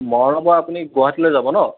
মৰাণৰ পৰা আপুনি গুৱাহাটীলৈ যাব নহ্